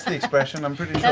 and expression, i'm pretty so